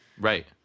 Right